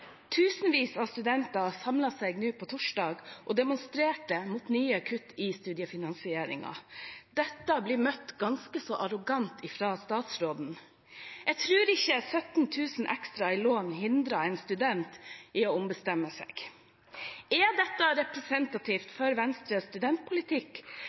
Tusenvis av studenter samlet seg sist torsdag og demonstrerte mot nye kutt i studiefinansieringen. Dette blir møtt ganske så arrogant fra statsråden. Jeg tror ikke 17 000 kr ekstra i lån hindrer en student i å ombestemme seg. Er dette representativt